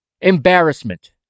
Embarrassment